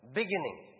beginning